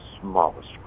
smallest